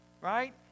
Right